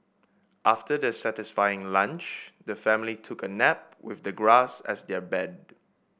after their satisfying lunch the family took a nap with the grass as their bed